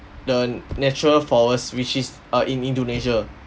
the natural forest which is err in indonesia